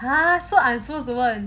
!huh! so I'm suppose to 问